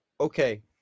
Okay